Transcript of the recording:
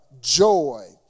joy